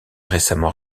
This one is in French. récemment